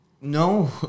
no